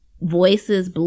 voices